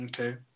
Okay